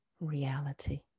reality